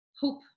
hope